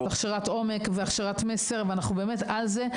הכשרת עומק והכשרת מסר אנחנו באמת על זה.